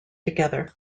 together